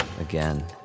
Again